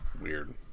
weird